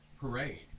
parade